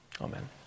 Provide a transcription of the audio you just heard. Amen